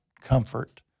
comfort